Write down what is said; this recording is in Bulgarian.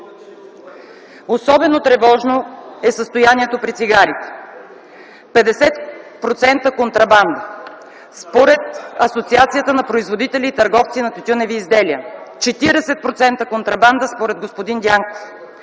Особено тревожно е състоянието при цигарите – 50% контрабанда според Асоциацията на производители и търговци на тютюневи изделия и 40% контрабанда според господин Дянков.